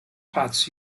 pots